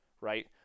right